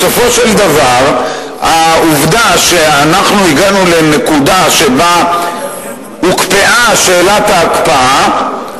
בסופו של דבר העובדה שאנחנו הגענו לנקודה שבה הוקפאה שאלת ההקפאה,